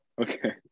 okay